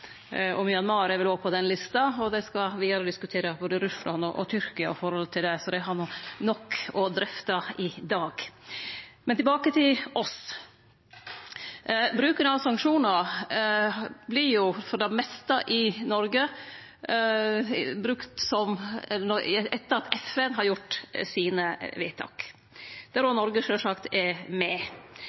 Myanmar er vel òg på den lista, og dei skal vidare diskutere både Russland og Tyrkia, så dei har nok å drøfte i dag. Tilbake til oss: I Noreg vert vel sanksjonar for det meste brukte etter at FN har gjort vedtaka sine, der òg Noreg sjølvsagt er med.